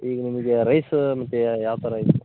ಈಗ್ ನಮಗೆ ರೈಸ ಮತ್ತು ಯಾವ ಥರ ಇರತ್ತೆ